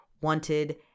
wanted